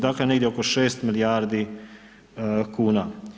Dakle, negdje oko 6 milijardi kuna.